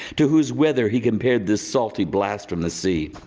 to whose weather he compared this salty blast from the sea.